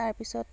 তাৰপিছত